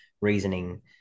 reasoning